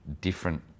different